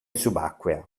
subacquea